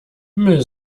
müll